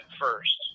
first